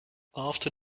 after